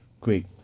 great